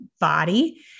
body